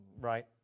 right